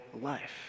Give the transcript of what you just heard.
life